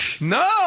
No